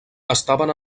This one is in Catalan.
estaven